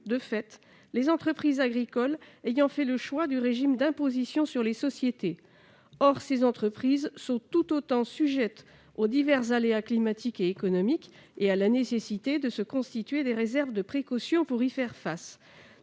de fait, les entreprises agricoles ayant fait le choix du régime d'imposition sur les sociétés. Or ces entreprises sont tout aussi sujettes aux divers aléas climatiques et économiques, et à la nécessité de se constituer des réserves de précaution pour y faire face.